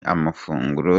amafunguro